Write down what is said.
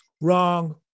Wrong